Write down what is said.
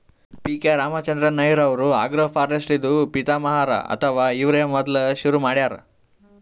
P K Ramachandran Nair ಅವ್ರು agroforestry ದೂ ಪಿತಾಮಹ ಹರಾ ಅಥವಾ ಇವ್ರೇ ಮೊದ್ಲ್ ಶುರು ಮಾಡ್ಯಾರ್